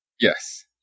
Yes